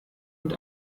und